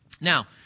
Now